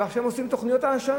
ועכשיו הם עושים תוכניות העשרה.